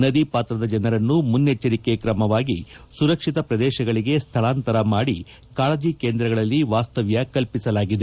ನದಿ ಪಾತ್ರದ ಜನರನ್ನು ಮುನ್ನೆಚ್ಚರಿಕೆ ಕ್ರಮವಾಗಿ ಸುರಕ್ಷಿತ ಪ್ರದೇಶಗಳಿಗೆ ಸ್ಕಳಾಂತರ ಮಾಡಿ ಕಾಳಜಿ ಕೇಂದ್ರಗಳಲ್ಲಿ ವಾಸ್ತವ್ಯ ಕಲ್ಪಿಸಲಾಗಿದೆ